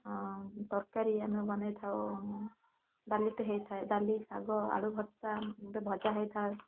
ଆଉ ତରକାରୀ ଆମେ ବନେଇଥାଉ ଡାଲିଟେ ହେଇଥାଏ ଡାଲି ଶାଗ ଆଳୁ ଭର୍ତା ଗୋଟେ ଭଜା ହେଇଥାଏ